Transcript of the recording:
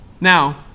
now